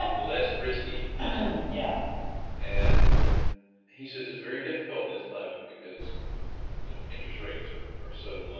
um less risky yeah and he says, it's very difficult in this climate because you know, interest rates are are so low.